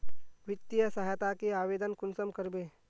वित्तीय सहायता के आवेदन कुंसम करबे?